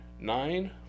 Nine